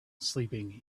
sleeping